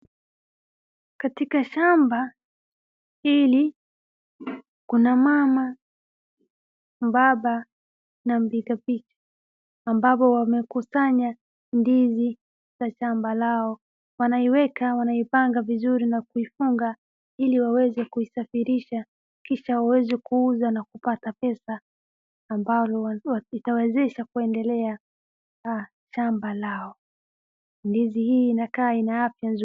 Katika shamba hili kuna mama na baba na mpiga picha, ambapo wamekusanya ndizi za shamba lao wanaiweka wanaipanga vizuri na kuifunga ili waweze kuisafirisha kisha waweze kuuza na kupata pesa ambalo litawezesha kuendelea shamba lao, ndizi hili linakaa lina afya nzuri.